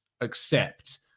accept